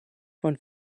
von